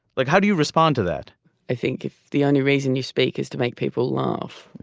like how do you respond to that i think if the only reason you speak is to make people laugh.